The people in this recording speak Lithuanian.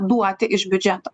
duoti iš biudžeto